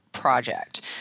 Project